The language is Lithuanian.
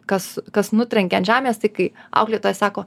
kas kas nutrenkė ant žemės tai kai auklėtoja sako